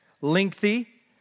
Lengthy